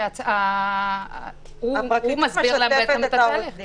הוא מסביר להם את התהליך.